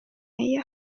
ella